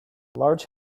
large